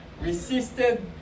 resisted